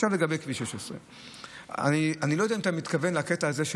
עכשיו לגבי כביש 16. אני לא יודע אם אתה מתכוון לקטע הזה של